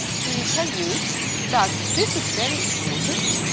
to tell you that this is very important.